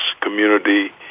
community